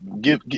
give